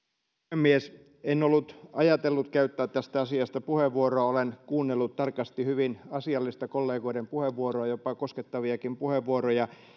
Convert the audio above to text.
puhemies en ollut ajatellut käyttää tästä asiasta puheenvuoroa olen kuunnellut tarkasti hyvin asiallisia kollegoiden puheenvuoroja jopa koskettavia puheenvuoroja